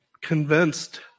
convinced